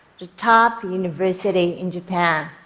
the top university in japan.